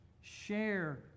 Share